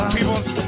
people's